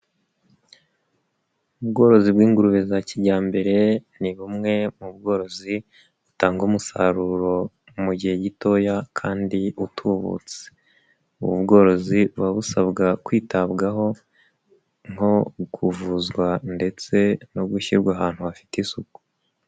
Ubworozi bw'ingurube za kijyambere ni bumwe mu bworozi butanga umusaruro mu gihe gitoya kandi utubutse, ubu bworozi buba busabwa kwitabwaho nko kuvuzwa ndetse no gushyirwa ahantu hafite isuku.